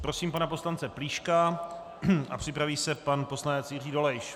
Prosím pana poslance Plíška a připraví se pan poslanec Jiří Dolejš.